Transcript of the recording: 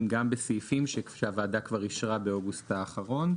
גם בסעיפים שהוועדה כבר אישרה באוגוסט האחרון.